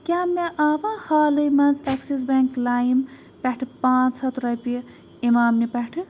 کیٛاہ مےٚ آوا حالٕے منٛز اٮ۪کسِس بٮ۪نٛک لایِم پٮ۪ٹھٕ پانٛژھ ہَتھ رۄپیہِ اِمام نہِ پٮ۪ٹھٕ